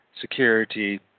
security